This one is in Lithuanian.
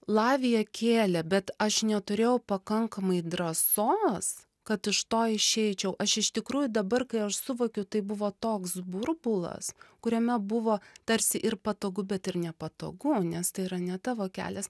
lavija kėlė bet aš neturėjau pakankamai drąsos kad iš to išeičiau aš iš tikrųjų dabar kai aš suvokiu tai buvo toks burbulas kuriame buvo tarsi ir patogu bet ir nepatogu nes tai yra ne tavo kelias